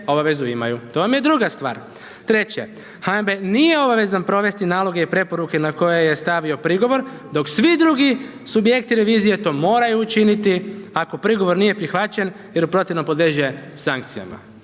obavezu imaju, to vam je druga stvar. Treće, HNB nije obavezan provesti naloge i preporuke na koje je stavio prigovor, dok svi drugi subjekti revizije to moraju učiniti ako prigovor nije prihvaćen jer u protivnom podliježe sankcijama.